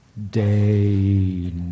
Day